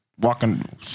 walking